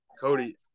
Cody